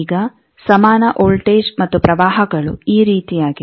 ಈಗ ಸಮಾನ ವೋಲ್ಟೇಜ್ ಮತ್ತು ಪ್ರವಾಹಗಳು ಈ ರೀತಿಯಾಗಿವೆ